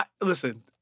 Listen